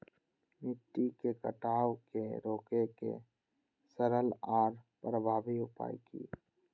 मिट्टी के कटाव के रोके के सरल आर प्रभावी उपाय की?